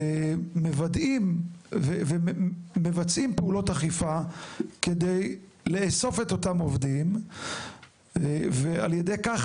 מוודאים ומבצעים פעולות אכיפה כדי לאסוף את אותם עובדים ועל ידי כך,